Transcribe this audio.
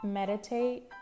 Meditate